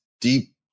deep